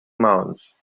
maons